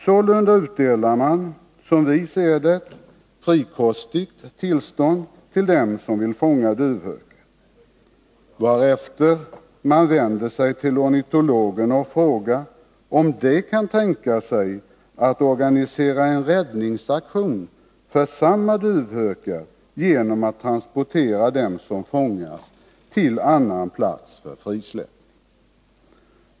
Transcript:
Sålunda utdelar man, som vi ser det, frikostigt tillstånd till dem som vill fånga duvhökar, varefter man vänder sig till ornitologerna och frågar om de kan tänka sig att organisera en räddningsaktion för samma duvhökar genom att transportera dem som fångas till annan plats för frisläppning.